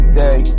day